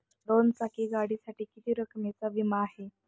दोन चाकी गाडीसाठी किती रकमेचा विमा आहे?